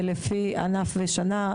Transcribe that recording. לפי ענף ושנה,